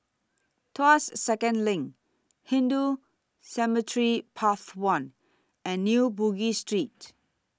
Tuas Second LINK Hindu Cemetery Path one and New Bugis Street